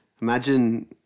imagine